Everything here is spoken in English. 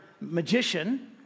magician